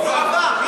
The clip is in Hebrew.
לא עבר.